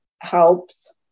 helps